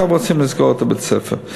עכשיו רוצים לסגור את בית-הספר.